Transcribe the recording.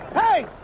hey!